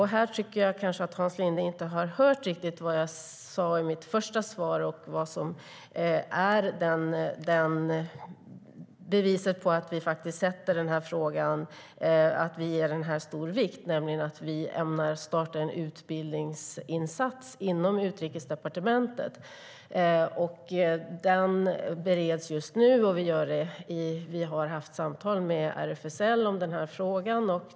Här tycker jag kanske att Hans Linde inte riktigt har hört vad jag sa i mitt första svar på vad som är beviset på att vi lägger stor vikt vid den här frågan, nämligen att vi ämnar starta en utbildningsinsats inom Utrikesdepartementet. Den bereds just nu, och vi har haft samtal med RFSL om frågan.